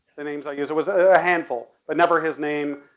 the names i used. it was a handful, but never his name,